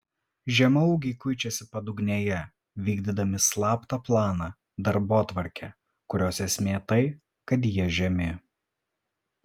žemaūgiai kuičiasi padugnėje vykdydami slaptą planą darbotvarkę kurios esmė tai kad jie žemi